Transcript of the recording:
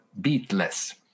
Beatless